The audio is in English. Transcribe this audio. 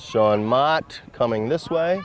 shawn mott coming this way